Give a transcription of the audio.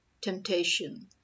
temptation